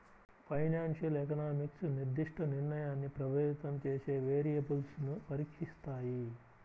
financial economics నిర్దిష్ట నిర్ణయాన్ని ప్రభావితం చేసే వేరియబుల్స్ను పరీక్షిస్తాయి